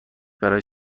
برای